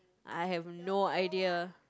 I have no idea